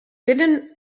tenen